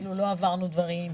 כאילו לא עברנו דברים,